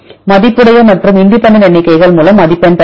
மதிப்புடைய மற்றும் இண்டிபெண்டன்ட் எ ண்ணிக்கைகள் மூலம் மதிப்பெண் பெறலாம்